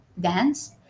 dance